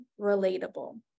relatable